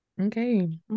Okay